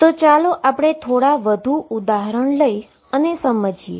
તો ચાલોઆપણે થોડા વધુ ઉદાહરણો લઈ અને સમજીએ